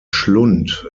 schlund